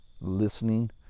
listening